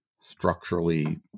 structurally